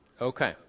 Okay